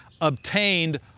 obtained